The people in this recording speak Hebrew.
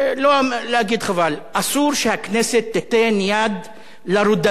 אסור שהכנסת תיתן יד לרודנות של השלטון